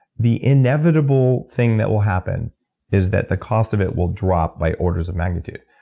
the inevitable thing that will happen is that the cost of it will drop by orders of magnitude.